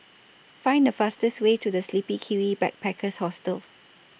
Find The fastest Way to The Sleepy Kiwi Backpackers Hostel